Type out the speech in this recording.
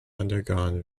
undergone